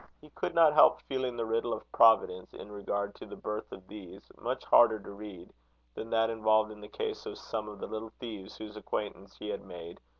he could not help feeling the riddle of providence in regard to the birth of these, much harder to read than that involved in the case of some of the little thieves whose acquaintance he had made,